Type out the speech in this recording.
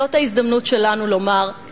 זאת ההזדמנות שלנו לומר,